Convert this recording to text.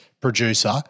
producer